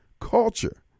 culture